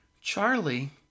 Charlie